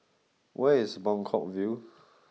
where is Buangkok View